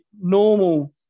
normal